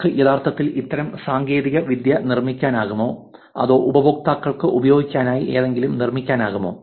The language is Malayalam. നമുക്ക് യഥാർത്ഥത്തിൽ ഇത്തരം സാങ്കേതികവിദ്യ നിർമ്മിക്കാനാകുമോ അതോ ഉപയോക്താക്കൾക്ക് ഉപയോഗിക്കാനായി എന്തെങ്കിലും നിർമ്മിക്കാനാകുമോ